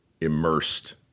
immersed